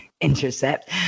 intercept